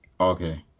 Okay